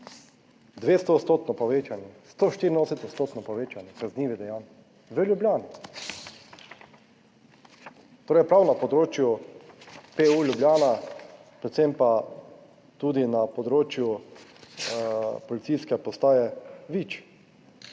200 odstotno povečanje, 184 odstotno povečanje kaznivih dejanj v Ljubljani. Torej, prav na področju PU Ljubljana, predvsem pa tudi na področju Policijske postaje Vič,